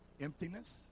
emptiness